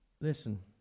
listen